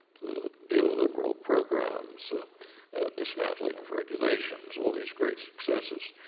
the neoliberal programs, a dismantling of regulations all these great successes,